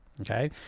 okay